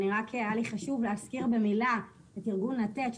והיה לי רק חשוב להזכיר במילה את ארגון לתת,